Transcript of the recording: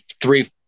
three